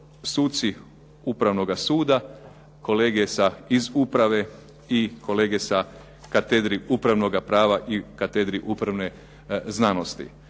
suci Upravnoga suda, kolege iz uprave i kolege sa katedri upravnoga prava i katedri upravne znanosti.